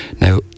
Now